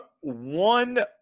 one